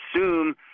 assume